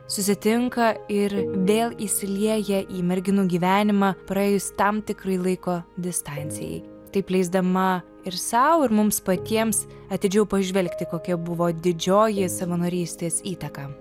susitinka ir vėl įsilieja į merginų gyvenimą praėjus tam tikrai laiko distancijai taip leisdama ir sau ir mums patiems atidžiau pažvelgti kokia buvo didžioji savanorystės įtaka